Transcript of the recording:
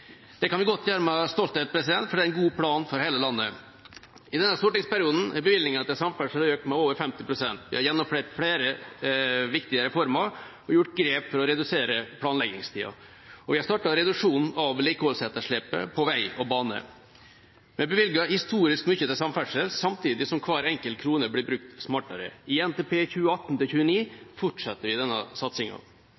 Det kan vi gjøre med stolthet, for det er en god plan for hele landet. I denne stortingsperioden er bevilgningene til samferdsel økt med over 50 pst. Vi har gjennomført flere viktige reformer og tatt grep for å redusere planleggingstida. Og vi har startet reduksjonen av vedlikeholdsetterslepet på vei og bane. Vi har bevilget historisk mye til samferdsel, samtidig som hver enkelt krone blir brukt smartere. I NTP